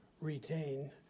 retain